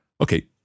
Okay